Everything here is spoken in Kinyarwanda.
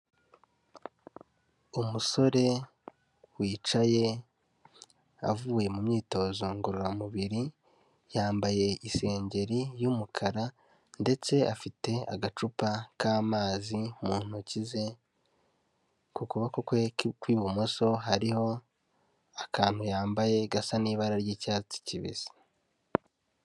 Umusore wicaye avuye mu myitozo ngororamubiri yambaye isengeri y'umukara ndetse afite agacupa k'amazi mu ntoki ze, ku kuboko kwe kw'ibumoso hariho akantu yambaye gasa n'ibara ry'icyatsi kibisi.